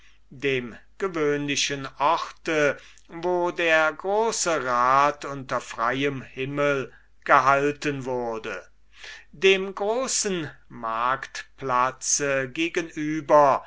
dem gewöhnlichen platz wo der große rat unter freiem himmel gehalten wurde dem großen marktplatz